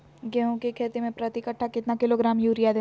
गेंहू की खेती में प्रति कट्ठा कितना किलोग्राम युरिया दे?